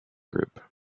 group